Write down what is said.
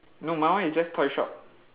no my one is just toy shop